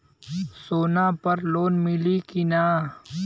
सोना पर लोन मिली की ना?